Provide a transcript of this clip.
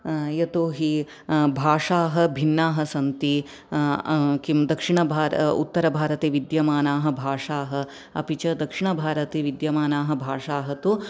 यतोहि भाषाः भिन्नाः सन्ति किं दक्षिणभार उत्तरभारते विद्यमानाः भाषाः अपि च दक्षिणभारते विद्यमानाः भाषाः तु